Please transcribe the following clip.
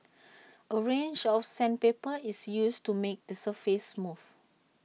A range of sandpaper is used to make the surface smooth